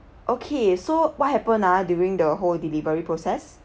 okay so what happen ah during the whole delivery process